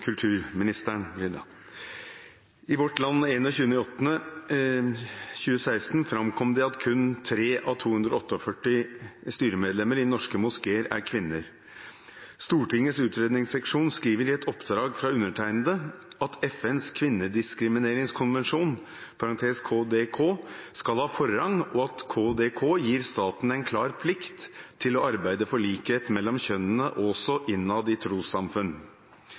kulturministeren: «I Vårt Land 21. august 2016 framkom det at kun 3 av 248 styremedlemmer i norske moskeer er kvinner. Stortingets utredningsseksjon skriver i et oppdrag fra undertegnede at FNs kvinnediskrimineringskonvensjon skal ha forrang, og at «KDK gir staten en klar plikt til å arbeide for likhet mellom kjønnene også innad i trossamfunn».